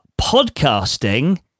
podcasting